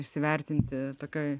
įsivertinti tokioje